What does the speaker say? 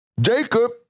Jacob